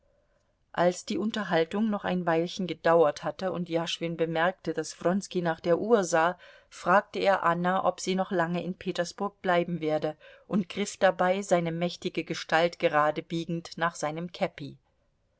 als die unterhaltung noch ein weilchen gedauert hatte und jaschwin bemerkte daß wronski nach der uhr sah fragte er anna ob sie noch lange in petersburg bleiben werde und griff dabei seine mächtige gestalt geradebiegend nach seinem käppi